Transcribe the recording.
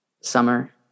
summer